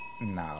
No